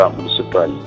Municipal